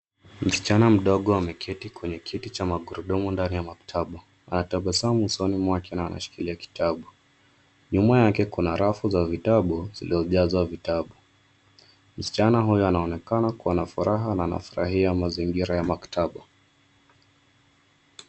Msichana mdogo ameketi kwenye kiti cha magurudumu ndani ya maktaba .Anatabasamu usoni mwake na anashikilia kitabu. Nyuma yake kuna rafu za vitabu ziliojazwa vitabu. Msichana huyu anaonekana kuwa na furaha na anafurahia mazingira ya maktaba.